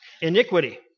Iniquity